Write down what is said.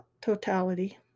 totality